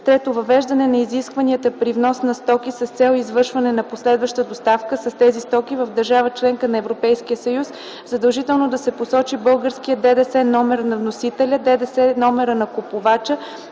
г. 3. Въвеждане на изискванията при внос на стоки с цел извършване на последваща доставка с тези стоки в държава-членка на Европейския съюз задължително да се посочи българският ДДС номер на вносителя, ДДС номера на купувача,